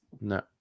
no